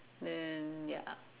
then ya